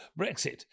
Brexit